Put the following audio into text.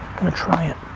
gonna try it.